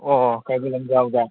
ꯑꯣ ꯀꯩꯕꯨꯜ ꯂꯝꯖꯥꯎꯗ